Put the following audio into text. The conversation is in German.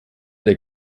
der